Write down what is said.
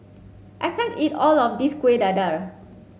I can't eat all of this Kueh Dadar